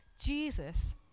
Jesus